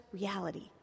reality